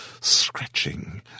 scratching